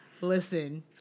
Listen